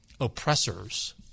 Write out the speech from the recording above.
oppressors